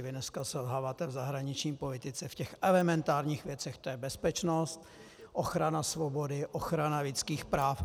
Vy dneska selháváte v zahraniční politice v těch elementárních věcech, tj. bezpečnost, ochrana svobody, ochrana lidských práv.